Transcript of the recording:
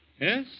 Yes